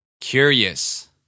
Curious